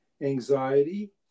anxiety